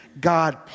God